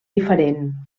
diferent